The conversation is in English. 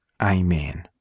Amen